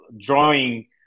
drawing